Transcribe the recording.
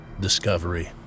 DISCOVERY